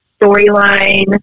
storyline